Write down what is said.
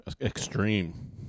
Extreme